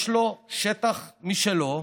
יש לו שטח משלו,